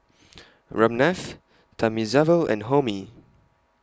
Ramnath Thamizhavel and Homi